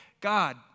God